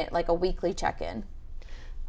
it like a weekly check and